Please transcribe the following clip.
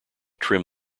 trim